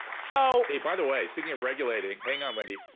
so by the way, speaking of regulating, hang on, wendy.